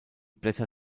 blätter